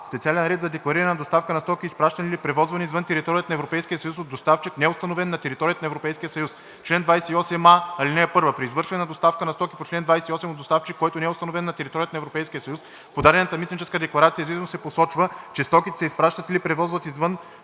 „Специален ред за деклариране на доставка на стоки, изпращани или превозвани извън територията на Европейския съюз от доставчик, неустановен на територията на Европейския съюз Чл. 28а. (1) При извършване на доставка на стоки по чл. 28 от доставчик, който не е установен на територията на Европейския съюз, в подадената митническа декларация за износ се посочва, че стоките се изпращат или превозват извън